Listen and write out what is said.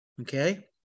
Okay